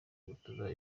gutuma